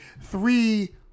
three